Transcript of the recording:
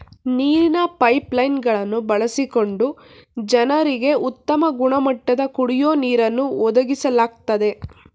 ನೀರಿನ pipeline ಗಳನ್ನು ಬಳಸಿಕೊಂಡು ಜನರಿಗೆ ಉತ್ತಮ ಗುಣಮಟ್ಟದ ಕುಡಿಯೋ ನೀರನ್ನು ಒದಗಿಸ್ಲಾಗ್ತದೆ